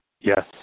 Yes